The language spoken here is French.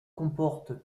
comporte